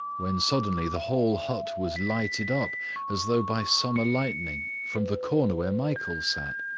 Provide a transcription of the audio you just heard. when suddenly the whole hut was lighted up as though by summer lightning from the corner where michael sat.